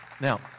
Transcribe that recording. Now